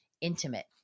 intimate